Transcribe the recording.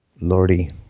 Lordy